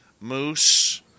moose